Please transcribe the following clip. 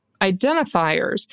identifiers